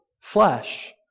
flesh